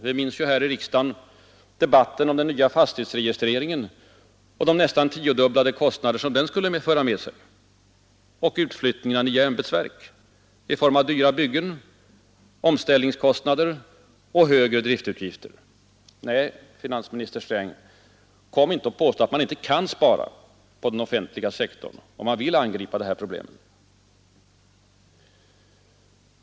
Vi minns ju här i riksdagen debatten om den nya fastighetsregistreringen och de nästan tiodubblade kostnader som den skulle föra med sig. Och vad kostar inte utflyttningen av nya ämbetsverk i form av dyra byggen, omställningskostnader och höga driftsutgifter? Nej, finansminister Sträng, kom inte och påstå att man inte kan spara inom den offentliga sektorn, om man vill angripa detta problem!